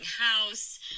house